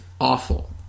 awful